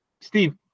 Steve